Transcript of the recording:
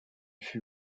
fut